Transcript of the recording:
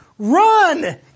run